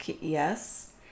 Yes